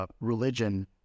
religion